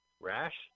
Rash